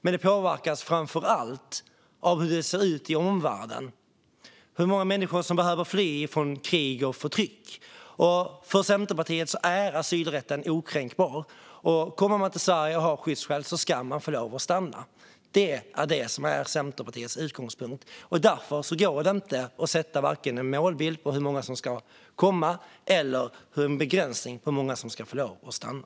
Men det påverkas framför allt av hur det ser ut i omvärlden, hur många människor som behöver fly från krig och förtryck. För Centerpartiet är asylrätten okränkbar. Kommer man till Sverige och har asylskäl ska man få lov att stanna. Det är Centerpartiets utgångspunkt. Därför går det inte att sätta vare sig en målbild för hur många som ska komma eller en begränsning av hur många som ska få lov att stanna.